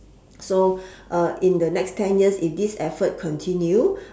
so in the next ten years if this effort continue